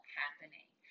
happening